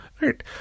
Right